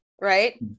Right